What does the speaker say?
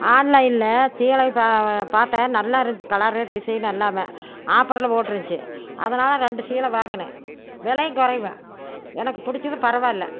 ஆன்லைனில் சேலை பார்த்தேன் நல்லா இருந்துச்சி கலரு டிசைன்னு எல்லாம் ஆப்பரில் போட்ருந்துச்சு அதனால் ரெண்டு சேல வாங்குனேன் விலையும் குறைவு எனக்கு பிடிச்சிது பரவாயில்ல